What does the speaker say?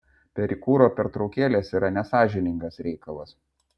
perikūro pertraukėlės yra nesąžiningas reikalas